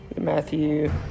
Matthew